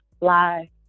Lie